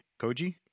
Koji